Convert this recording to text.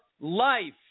life